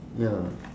ya